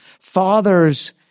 Fathers